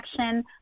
action